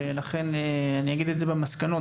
אני אגיד את זה במסקנות,